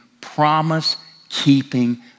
promise-keeping